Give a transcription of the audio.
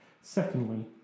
Secondly